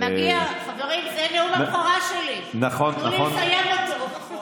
חברים, זה נאום הבכורה שלי, תנו לי לסיים אותו.